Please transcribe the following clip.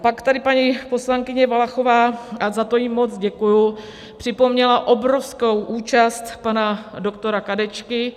Pak tady paní poslankyně Valachová, a za to jí moc děkuju, připomněla obrovskou účast pana doktora Kadečky.